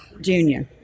Junior